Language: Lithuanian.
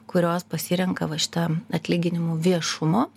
kurios pasirenka va šitą atlyginimų viešumo